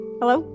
hello